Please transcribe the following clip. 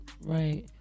Right